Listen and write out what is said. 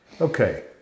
Okay